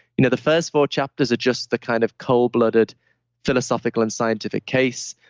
you know the first four chapters are just the kind of coldblooded philosophical and scientific case.